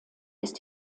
ist